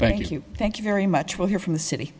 thank you thank you very much we'll hear from the city